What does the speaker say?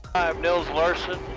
i'm nils larson,